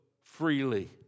freely